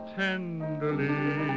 tenderly